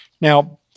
Now